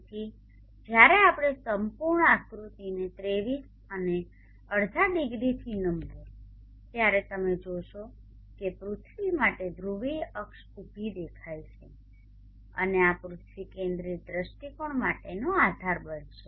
તેથી જ્યારે આપણે સંપૂર્ણ આકૃતિને 23 અને અડધા ડિગ્રીથી નમવું ત્યારે તમે જોશો કે પૃથ્વી માટે ધ્રુવીય અક્ષ ઉભી દેખાય છે અને આ પૃથ્વી કેન્દ્રિત દૃષ્ટિકોણ માટેનો આધાર બનશે